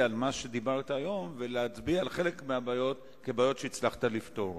את מה שדיברת היום ולהצביע על חלק מהבעיות כעל בעיות שהצלחת לפתור.